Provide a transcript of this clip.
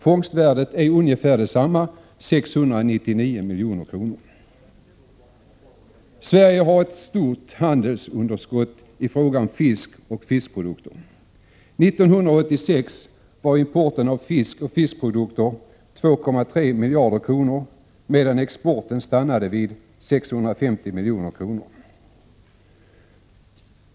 Fångstvärdet är ungefär detsamma, 699 milj.kr. Sverige har ett stort handelsunderskott i fråga om fisk och fiskprodukter. 1986 var importen av fisk och fiskprodukter 2,3 miljarder kronor medan exporten stannade vid 650 milj.kr.